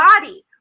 body